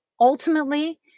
Ultimately